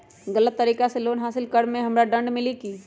गलत तरीका से लोन हासिल कर्म मे हमरा दंड मिली कि?